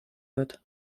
wird